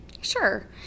Sure